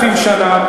שנה.